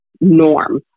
norm